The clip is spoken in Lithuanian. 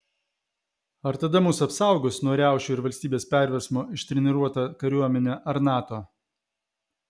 ar tada mus apsaugos nuo riaušių ir valstybės perversmo ištreniruota kariuomenė ar nato